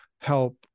help